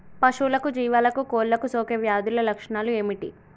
పశువులకు జీవాలకు కోళ్ళకు సోకే వ్యాధుల లక్షణాలు ఏమిటి?